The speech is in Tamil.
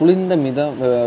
குளிர்ந்த மித